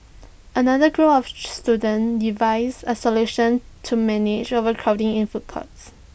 another group of students devised A solution to manage overcrowding in food courts